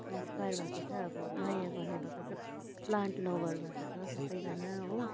inspire भएको छ अब माया गर्ने भएको छ प्लान्ट लभर भएको छ सबैजना हो